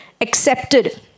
accepted